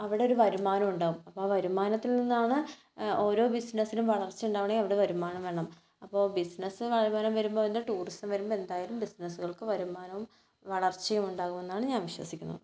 അവിടെ ഒരു വരുമാനം ഉണ്ടാകും അപ്പം ആ വരുമാനത്തിൽ നിന്നാണ് ഓരോ ബിസിനസ്സിനും വളർച്ച ഉണ്ടാവണമെങ്കിൽ അവിടെ വരുമാനം വേണം അപ്പോൾ ബിസിനസ് വരുമാനം വരുമ്പോൾ അതിൻ്റെ ടൂറിസം വരുമ്പോൾ എന്തായാലും ബിസിനസ്സുകൾക്ക് വരുമാനവും വളർച്ചയും ഉണ്ടാകും എന്നാണ് ഞാൻ വിശ്വസിക്കുന്നത്